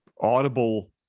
audible